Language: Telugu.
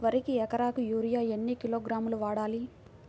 వరికి ఎకరాకు యూరియా ఎన్ని కిలోగ్రాములు వాడాలి?